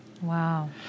Wow